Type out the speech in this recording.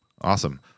Awesome